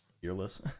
fearless